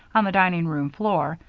on the dining-room floor,